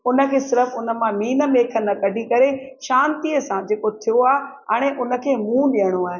हुनखे सिर्फ़ु हुन मां नील नेख न कढी करे शांतिअ सां जेको थियो आहे हाणे हुनखे मूं ॾियणो आहे